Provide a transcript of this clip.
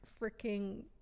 freaking